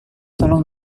tolong